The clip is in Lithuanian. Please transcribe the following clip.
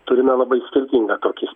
turime labai skirtingą tokį